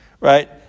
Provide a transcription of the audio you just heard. Right